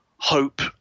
hope